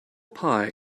pie